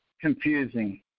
confusing